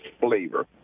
flavor